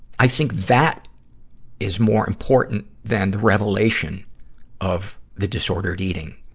i think that is more important than the revelation of the disordered eating.